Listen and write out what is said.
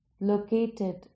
located